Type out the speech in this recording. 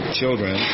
children